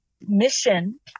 mission